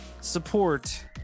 Support